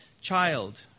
child